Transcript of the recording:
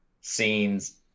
scenes